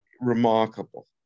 remarkable